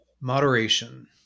Moderation